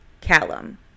Callum